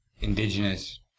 indigenous